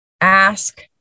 ask